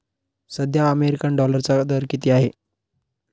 सध्या अमेरिकन डॉलरचा दर किती आहे?